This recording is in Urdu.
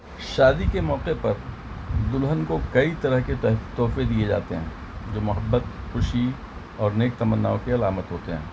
شادی کے موقعے پر دلہن کو کئی طرح کے تحفے دیے جاتے ہیں جو محبت خوشی اور نیک تمناؤں کی علامت ہوتے ہیں